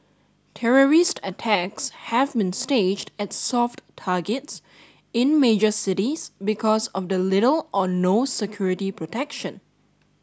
terrorist attacks have been staged at soft targets in major cities because of the little or no security protection